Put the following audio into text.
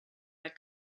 that